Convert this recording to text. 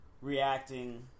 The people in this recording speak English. reacting